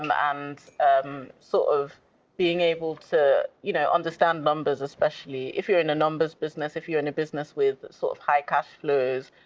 um and sort of being able to you know understand numbers, especially if you're in a numbers business, if you're in a business with sort of high cash flows,